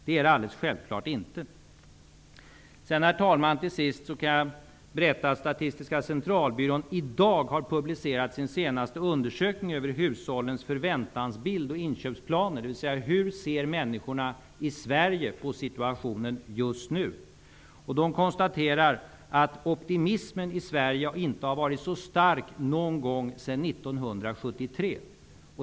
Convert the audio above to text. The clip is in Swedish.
Det gör den alldeles självfallet inte. Till sist, herr talman, kan jag berätta att Statistiska centralbyrån i dag har publicerat sin senaste undersökning över hushållens förväntansbild och inköpsplaner, dvs. hur människorna i Sverige ser på situationen just nu. Man konstaterar att optimismen i Sverige inte har varit så stark någon gång sedan 1973.